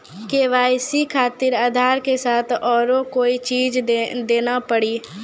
KYC खातिर आधार के साथ औरों कोई चीज देना पड़ी?